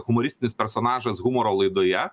humoristinis personažas humoro laidoje